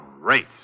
great